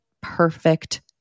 perfect